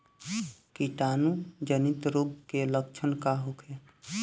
कीटाणु जनित रोग के लक्षण का होखे?